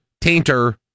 Tainter